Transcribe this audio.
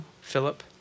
Philip